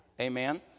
Amen